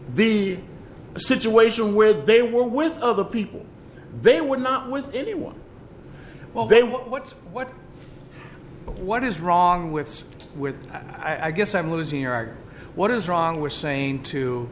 the situation where they were with other people they were not with anyone well then what's what what is wrong with with i guess i'm losing are what is wrong with saying to